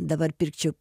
dabar pirkčiau